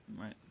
right